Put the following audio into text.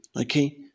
okay